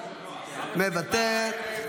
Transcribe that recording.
מוותר,